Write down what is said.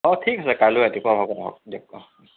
অঁ ঠিক আছে কাইলৈ ৰাতিপুৱা